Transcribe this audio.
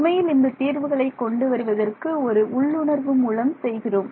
உண்மையில் இந்த தீர்வுகளை கொண்டு வருவதற்கு ஒரு உள்ளுணர்வு மூலம் செய்கிறோம்